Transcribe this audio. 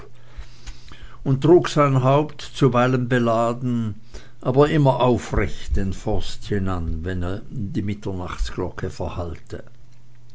und trug sein haupt zuweilen beladen aber immer aufrecht den forst hinan wenn die mitternachtglocke verhallte